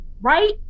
right